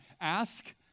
Ask